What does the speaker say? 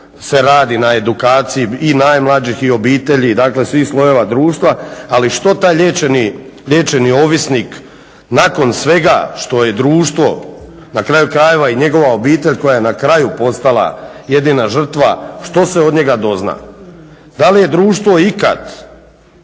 se radi na edukaciji, i najmlađih i obitelji, dakle svih slojeva društva. Ali što taj liječeni ovisnik nakon svega što je društvo, na kraju krajeva i njegova obitelj koja je na kraju postala jedina žrtva, što se od njega dozna? Da li je društvo ikad,